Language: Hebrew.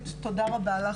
תודה רבה לך.